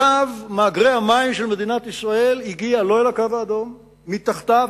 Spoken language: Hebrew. מצב מאגרי המים של מדינת ישראל הגיע לא אל הקו האדום אלא מתחתיו,